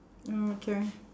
mm K